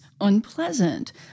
unpleasant